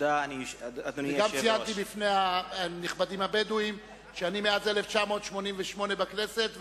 גם ציינתי בפני הנכבדים הבדואים שאני מאז 1988 בכנסת,